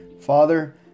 Father